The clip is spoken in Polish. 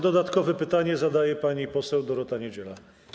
Dodatkowe pytanie zadaje pani poseł Dorota Niedziela.